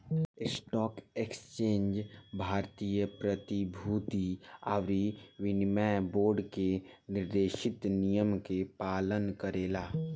stock exchange भारतीय प्रतिभूति अउरी विनिमय बोर्ड के निर्देशित नियम के पालन करेला